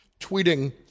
tweeting